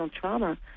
trauma